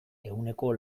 ehuneko